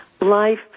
life